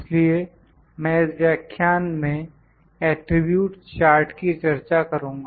इसलिए मैं इस व्याख्यान में एटरीब्यूट्स चार्ट की चर्चा करूँगा